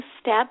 step